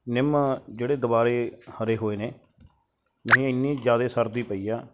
ਨਿੰਮ ਜਿਹੜੇ ਦੁਬਾਰੇ ਹਰੇ ਹੋਏ ਨੇ ਨਹੀਂ ਇੰਨੀ ਜ਼ਿਆਦਾ ਸਰਦੀ ਪਈ ਆ